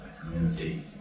community